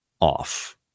off